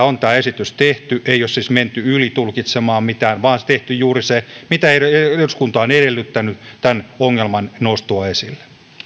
on tämä esitys tehty ei ole siis menty ylitulkitsemaan mitään vaan tehty juuri se mitä eduskunta on edellyttänyt tämän ongelman noustua esille